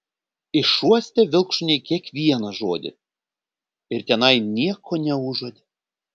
išuostė vilkšuniai kiekvieną žodį ir tenai nieko neužuodė